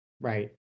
Right